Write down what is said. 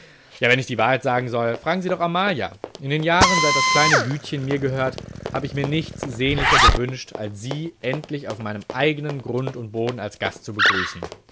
ja wenn ich die wahrheit sagen soll fragen sie doch amalia in den jahren seit das kleine gütchen mir gehört hab ich mir nichts sehnlicher gewünscht als sie endlich auf meinem eignen grund und boden als gast zu begrüßen